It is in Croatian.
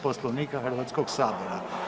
Poslovnika Hrvatskog sabora.